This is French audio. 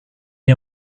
est